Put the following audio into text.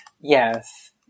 Yes